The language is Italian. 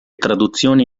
traduzioni